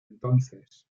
entonces